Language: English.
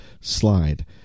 slide